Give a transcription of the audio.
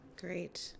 Great